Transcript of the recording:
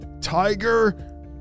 tiger